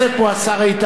הוא השר איתן,